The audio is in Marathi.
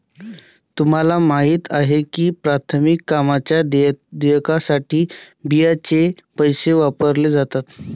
तुम्हाला माहिती आहे का की प्राथमिक कामांच्या देयकासाठी बियांचे पैसे वापरले जातात?